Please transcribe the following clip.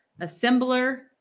Assembler